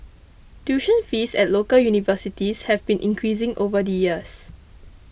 tuition fees at local universities have been increasing over the years